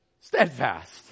Steadfast